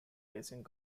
racing